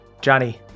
Johnny